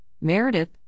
Meredith